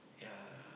ya